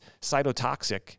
cytotoxic